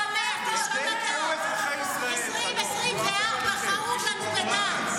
אזרחי ישראל, 2024 חרותה לנו בדם.